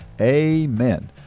Amen